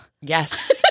yes